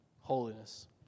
holiness